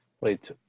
wait